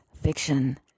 fiction